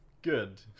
Good